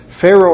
Pharaoh